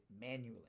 manually